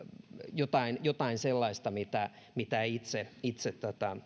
jotain jotain sellaista että ei itse itse